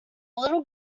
little